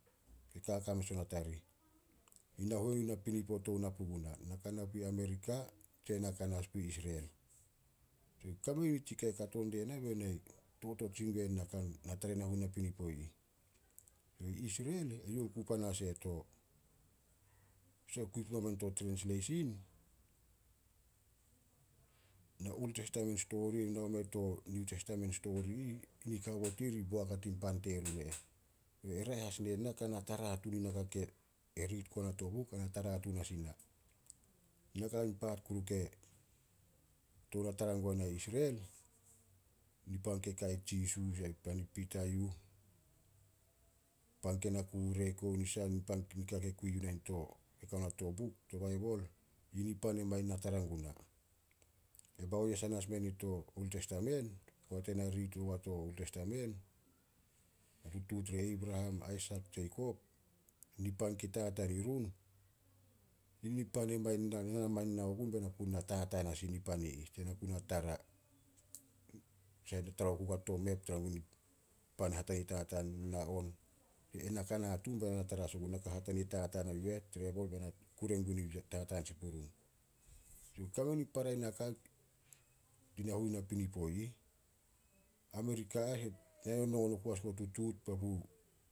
Kaka mes ona tarih. Yi nahuenu napinipo tou na puguna. Na ka napu Amerika tse na ka na as pu Isrel. Kame na nitsi ka kato diena bai na totot sin gue na kan na tara na huenu napinipo ih. I isrel, youh ku panas e eh, tanasah e kui pumamen to trensleisin. Na old testamen stori nao meh to niu testamen stori, nika haobot i ih boak a tin pan terun eh. E raeh as ne na ka na tara tun in naka ke riit guana to buk, ana tara tun as ina. Nakai paat kuru ke tou na tara guana i isrel, nipan kei ka ai Jisu, pan kei pita yuh, pan ke na kurek ouh, nisah kei kui yuh ke kao na to buk, to baibol, ye nipan e mangin na tara guna. E baoyesan as meni to old testamen. Poat na riit ogua to old testamen, mo tutuut e Abraham, Aisak, Jakob, ni pan kei tataan irun, yi nipan na mangin nao gun be na ku na tataan as sih nipan i ih be na ku na tara. tara oku gua to map pan hatania tataan na on. Ena ka na tun be na tara as ogun, na ka hatania tataan a yu eh be na kure gun ya tataan sin purun. Kame nin para naka tin na huenu napinipo ih. Amerika as, nai nonongon ku as guo tutuut papu